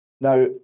Now